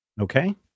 Okay